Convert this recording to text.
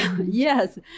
Yes